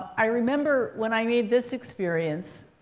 i remember when i made this experience.